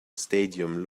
stadium